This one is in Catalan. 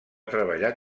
treballar